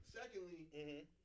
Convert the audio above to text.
Secondly